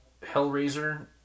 Hellraiser